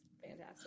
fantastic